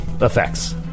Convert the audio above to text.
effects